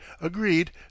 agreed